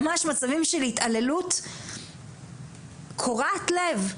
ממש מצבים של התעללות קורעת לב,